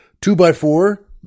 two-by-four